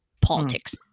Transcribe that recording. politics